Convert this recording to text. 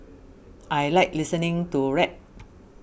I like listening to rap